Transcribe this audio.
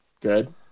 Good